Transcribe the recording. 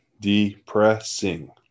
depressing